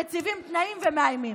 מציבים תנאים ומאיימים.